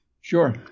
Sure